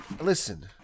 listen